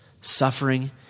Suffering